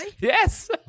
Yes